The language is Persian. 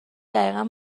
دقیقا